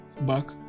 back